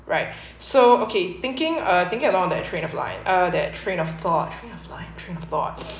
right so okay thinking uh thinking about that train of line uh that train of thought train of line train of thought